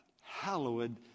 Hallowed